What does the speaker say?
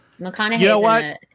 McConaughey